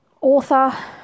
author